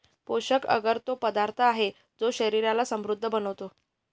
पोषक अगर तो पदार्थ आहे, जो शरीराला समृद्ध बनवतो